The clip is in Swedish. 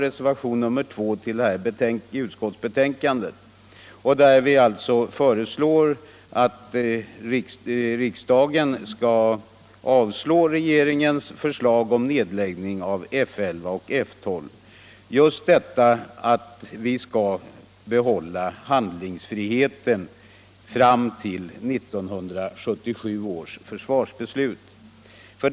Vi yrkar där att riksdagen skall avslå regeringens förslag om nedläggning av F 11 och F 12 just för att behålla Nr 81 handlingsfriheten fram till 1977 års försvarsbeslut.